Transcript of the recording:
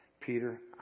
Peter